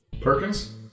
Perkins